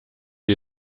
den